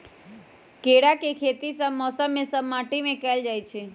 केराके खेती सभ मौसम में सभ माटि में कएल जाइ छै